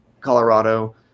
Colorado